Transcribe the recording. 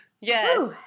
Yes